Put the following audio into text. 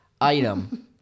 item